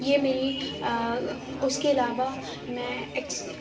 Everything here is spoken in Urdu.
یہ میری اس کے علاوہ میں ایکس